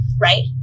right